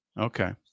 Okay